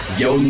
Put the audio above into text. yo